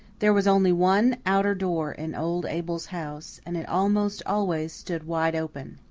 there was only one outer door in old abel's house, and it almost always stood wide open.